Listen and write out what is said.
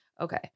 Okay